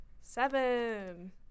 seven